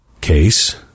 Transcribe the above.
Case